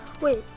Wait